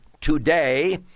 today